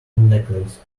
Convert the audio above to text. necklace